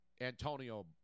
antonio